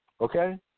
okay